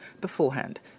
beforehand